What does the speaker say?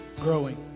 growing